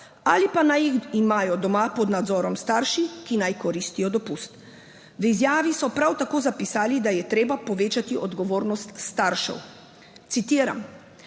ali pa naj jih imajo doma pod nadzorom starši, ki naj koristijo dopust. V izjavi so prav tako zapisali, da je treba povečati odgovornost staršev. Citiram: